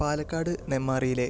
Palakkad നെന്മാറയിലെ